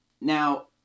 Now